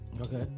Okay